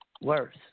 worse